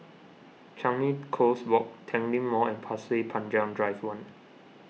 Changi Coast Walk Tanglin Mall and Pasir Panjang Drive one